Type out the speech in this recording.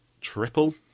triple